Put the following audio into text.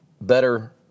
better